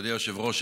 נכבדי היושב-ראש,